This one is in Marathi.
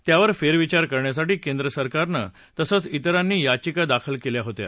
त्यावर फस्टविचार करण्यासाठी केंद्रसरकारनं तसंच तिरांनी याचिका दाखल कल्या होत्या